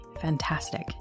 fantastic